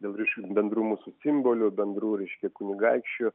dėl reiškia bendrų mūsų simbolių bendrų reiškia kunigaikščių